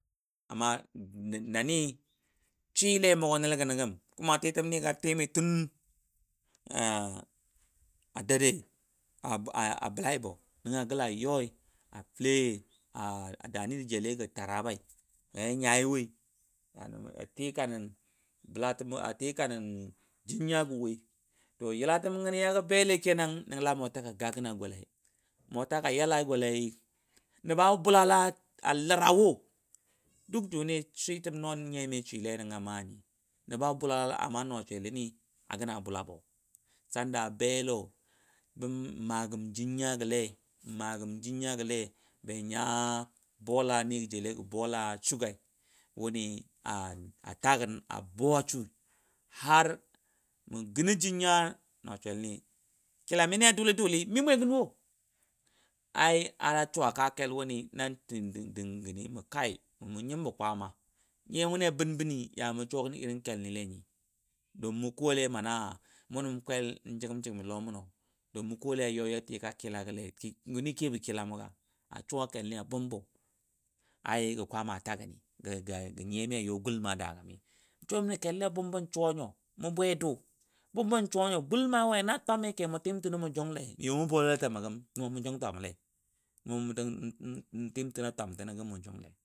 Amma nani swiile nyo amʊgɔnəlgənɔ gəm tɨmi tun adede a bəlaibo nəngɔ a gəla ba a fəlen dani da jele gɔ Tarabai ya nyai woi atikanən. bəlatəm atikabən jinya gə wai to yila təm gənɔ ya belei kenan nəngə la mota go gaggən na golai mota ga yala a golai nəba bulala. lara wo duk juni switəm nyiya mi awiilei nənga maa nyi. nəba bulala amma nɔ swellinyi a bula bo sanda be lɔ mə magəm jinya gəle mə magəm jinya gəle be nya bola ni ja jele gɔ bola sugai a tagən abuwa shui mə gə nə jinya nɔsweli ni kila mi a dʊli dʊli mi mwega̱n wo ai har shuwa ka kel wuni an ti dingaəni mə kai mʊ nyimbo kwaama nyiya moni a bənbəni yaya mu suwa gən irin kelni lai don mu kɔle mana kwel jəgəm ja'gai lɔmunodon mmu kole ya tika kila mɔ lai wuni keboo kila ka a suwa kel ni a bumbo ai gə kwaama tagənigə nyiya mi a yo gulma daga minəngo suwa mən gulma we nan twami ke mu tim tino mu junlai yo mə bolam a təmo gəm nəngɔ mu jun twamɔlai. jung lai